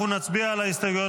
קבוצת סיעת ישראל